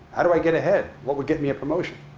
how do i get ahead? what would get me a promotion?